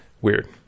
Weird